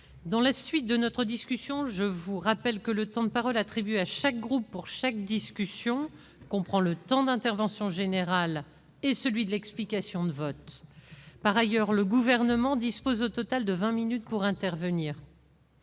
... Mes chers collègues, je vous rappelle que le temps de parole attribué à chaque groupe pour chaque discussion comprend le temps d'intervention générale et celui de l'explication de vote. Par ailleurs, le Gouvernement dispose au total de vingt minutes pour intervenir.